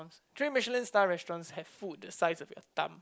three Michelin star restaurants have food the size of your thumb